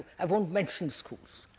i won't mention schools.